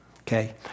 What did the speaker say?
Okay